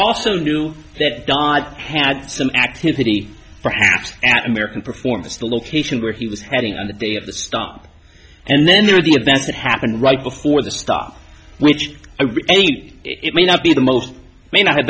also knew that dod had some activity perhaps at american performs the location where he was heading on the day of the stop and then there are the events that happened right before the stop which i think it may not be the most may not have